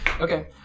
okay